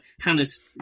Hannah's